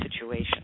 situation